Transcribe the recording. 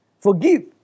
Forgive